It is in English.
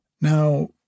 Now